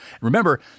remember